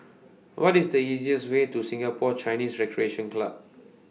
What IS The easiest Way to Singapore Chinese Recreation Club